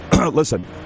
listen